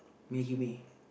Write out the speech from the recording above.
kuala lumpur mee